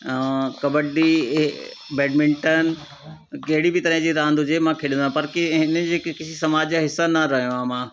kabaddi badminton कहिड़ी बि तरह जी रांदि हुजे मां खेॾंदो आहियां पर कंहिं हिन जे किसी समाज जा हिसो न रहियो आहियां मां